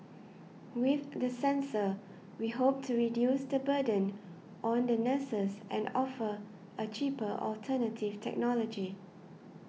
with the sensor we hope to reduce the burden on the nurses and offer a cheaper alternative technology